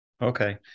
Okay